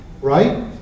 right